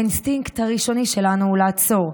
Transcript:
האינסטינקט הראשוני שלנו הוא לעצור,